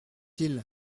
ils